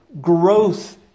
growth